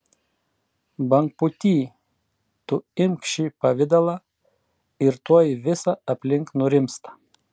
bangpūty tu imk šį pavidalą ir tuoj visa aplink nurimsta